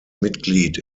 mitglied